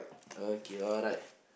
okay alright